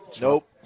Nope